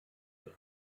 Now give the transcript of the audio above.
den